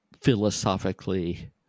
philosophically